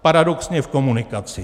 Paradoxně v komunikaci.